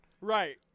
Right